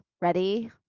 Ready